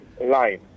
line